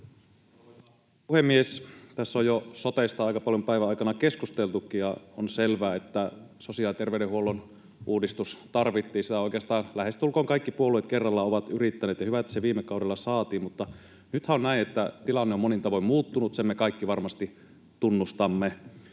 puhemies! Tässä on jo sotesta aika paljon päivän aikana keskusteltukin, ja on selvää, että sosiaali- ja terveydenhuollon uudistus tarvittiin. Sitä oikeastaan lähestulkoon kaikki puolueet kerrallaan ovat yrittäneet, ja on hyvä, että se viime kaudella saatiin. Nythän on näin, että tilanne on monin tavoin muuttunut, sen me kaikki varmasti tunnustamme.